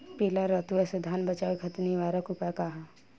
पीला रतुआ से धान बचावे खातिर निवारक उपाय का ह?